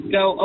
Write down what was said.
go